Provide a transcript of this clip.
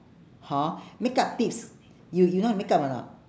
hor makeup tips y~ you know how to makeup or not